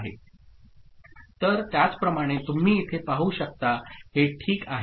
तर त्याचप्रमाणे तुम्ही इथे पाहू शकता हे ठीक आहे